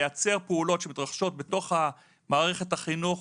לייצר פעולות שמתרחשות בתוך מערכת החינוך.